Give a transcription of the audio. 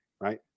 right